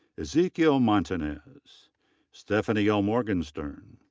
ezequiel montanez stephanie l. morgenstern.